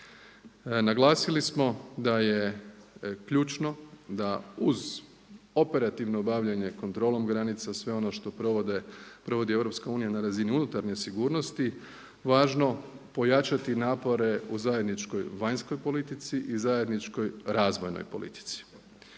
Naglasili smo da je ključno da uz operativno obavljanje kontrolom granica, sve ono što provodi EU na razini unutarnje sigurnosti važno pojačati napore u zajedničkoj vanjskoj politici i zajedničkoj razvojnoj politici.